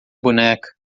boneca